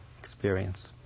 experience